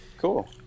Cool